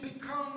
become